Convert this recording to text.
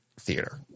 theater